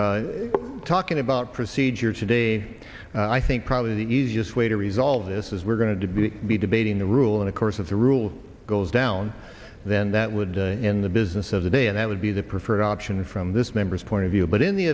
yielding talking about procedure today i think probably the easiest way to resolve this is we're going to be be debating the rule in the course of the rule goes down then that would in the business of the day and it would be the preferred option from this members point of view but in the